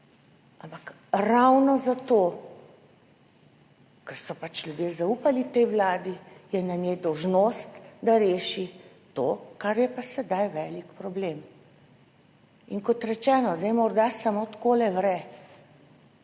Ampak ravno zato, ker so pač ljudje zaupali tej vladi, je na njej dolžnost, da reši to, kar je pa sedaj velik problem. In kot rečeno, zdaj morda samo takole vre,